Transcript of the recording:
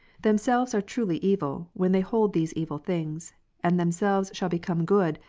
themselves are truly evil, when they hold these evil things and themselves shall become good,